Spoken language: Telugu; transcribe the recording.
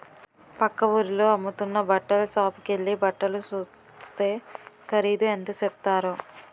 పక్క వూరిలో అమ్ముతున్న బట్టల సాపుకెల్లి బట్టలు సూస్తే ఖరీదు ఎంత సెప్పారో